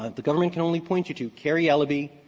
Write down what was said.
the government can only point you to carrie eleby,